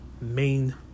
main